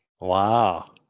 Wow